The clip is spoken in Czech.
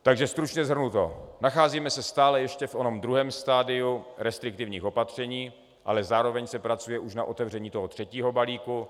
Takže stručně shrnuto, nacházíme se stále ještě v onom druhém stadiu restriktivních opatření, ale zároveň se pracuje už na otevření toho třetího balíku.